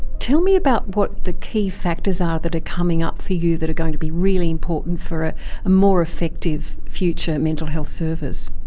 tell me about what the key factors are that are coming up for you that are going to be really important for a more effective future mental health service.